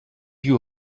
you